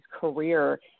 career